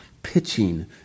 pitching